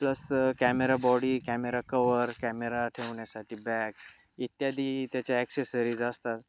plus camera body camera cover camera ठेवण्यासाठी bag इत्यादी त्याचे ॲक्सेसरीज असतात